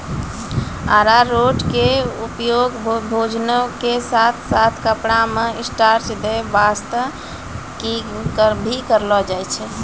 अरारोट के उपयोग भोजन के साथॅ साथॅ कपड़ा मॅ स्टार्च दै वास्तॅ भी करलो जाय छै